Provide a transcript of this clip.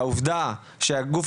שהעובדה שלגוף